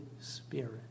Spirit